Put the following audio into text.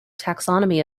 taxonomy